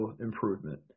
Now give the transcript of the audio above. improvement